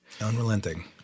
Unrelenting